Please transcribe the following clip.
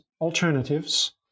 alternatives